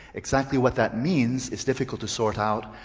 exactly what that means is difficult to sort out,